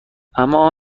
اما